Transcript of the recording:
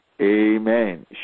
Amen